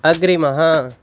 अग्रिमः